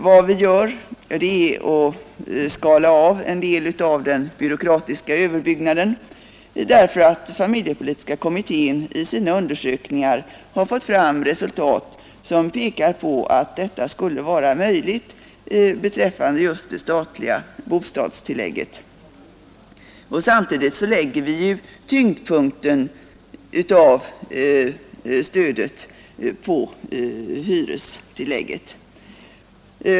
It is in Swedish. Vad vi gör är att skala av en del av den byråkratiska överbyggnaden, därför att familjepolitiska kommittén i sina undersökningar har fått fram resultat som pekar på att detta skulle vara möjligt beträffande just det statliga bostadstillägget. Samtidigt lägger vi tyngdpunkten hos stödet på hyrestillägget.